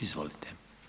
Izvolite.